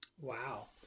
Wow